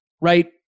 right